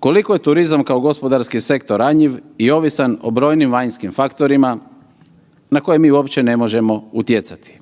koliko je turizam kao gospodarski sektor ranjiv i ovisan o brojnim vanjskim faktorima na koje mi uopće ne možemo utjecati?